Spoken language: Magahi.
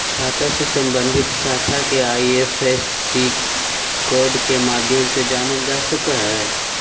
खाता से सम्बन्धित शाखा के आई.एफ.एस.सी कोड के माध्यम से जानल जा सक हइ